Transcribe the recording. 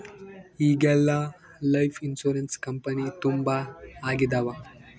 ಈಗೆಲ್ಲಾ life insurance company ತುಂಬಾ ಆಗಿದವ